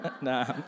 Nah